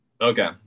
Okay